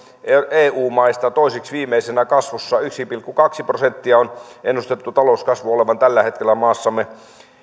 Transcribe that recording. eu maista toiseksi viimeisenä kasvussa yksi pilkku kaksi prosenttia on ennustettu talouskasvun olevan tällä hetkellä maassamme